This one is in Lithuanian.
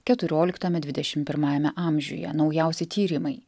keturioliktame dvidešimt pirmajame amžiuje naujausi tyrimai